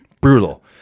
brutal